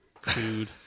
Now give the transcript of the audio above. food